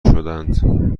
شدند